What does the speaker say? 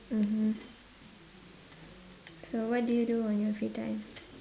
mmhmm so what do you do on your free time